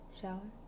shower